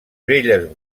velles